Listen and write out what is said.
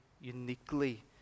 uniquely